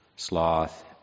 sloth